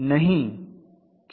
नहीं क्यों